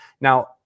Now